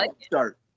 start